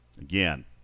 Again